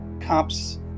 Cops